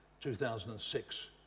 2006